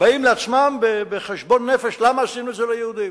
באים לעצמם בחשבון נפש: למה עשינו את זה ליהודים?